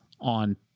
on